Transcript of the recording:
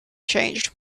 changed